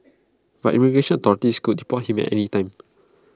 but immigration authorities could deport him at any time